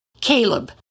Caleb